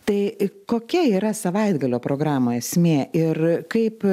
tai kokia yra savaitgalio programų esmė ir kaip